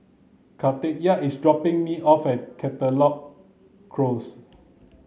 Katharyn is dropping me off at Caldecott Close